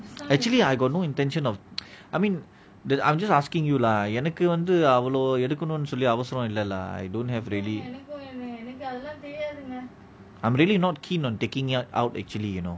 actually I got no intention of I mean that I'm just asking you lah என்னக்கு வந்து அவ்ளோ எடுக்கணும் சொல்லி அவசரம் இல்லாத:ennaku vanthu avlo yeadukanum solli avasaram illala I don't have really I'm really not keen on taking it out actually you know